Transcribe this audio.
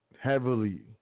heavily